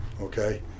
okay